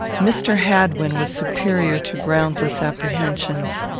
mr. hadwin was superior to groundless apprehensions.